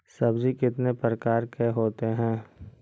सब्जी कितने प्रकार के होते है?